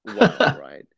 right